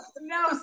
no